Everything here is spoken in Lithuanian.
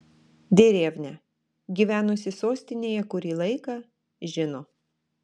derevnia gyvenusi sostinėje kurį laiką žino